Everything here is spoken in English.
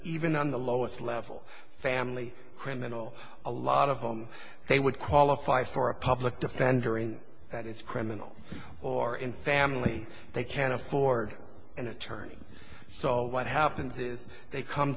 even on the lowest level family criminal a lot of home they would qualify for a public defender in that it's criminal or in family they can't afford an attorney so what happens is they come